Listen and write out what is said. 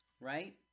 right